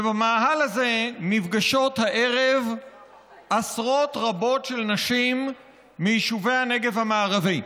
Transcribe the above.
ובמאהל הזה נפגשות הערב עשרות רבות של נשים מיישובי הנגב המערבי.